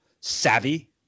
savvy